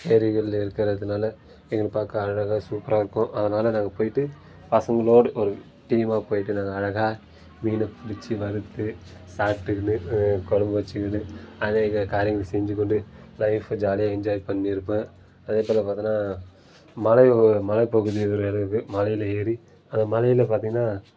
ஏரிகளில் இருக்கிறதுனால எங்களுக்கு பார்க்க அழகாக சூப்பராக இருக்கும் அதனால் நாங்கள் போய்விட்டு பசங்களோடு ஒரு டீமாக போய்விட்டு நாங்கள் அழகாக மீன பிடிச்சி வறுத்து சாப்பிட்டுகினு குழம்பு வச்சுகினு அநேக காரியங்கள் செஞ்சுக்கொண்டு லைஃபை ஜாலியாக என்ஜாய் பண்ணியிருப்பேன் அதேபோல் பார்த்தோன்னா மலை மலைப்பகுதியில் ஒரு இடம் இருக்குது மலையில் ஏறி அந்த மலையில் பார்த்திங்கனா